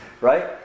right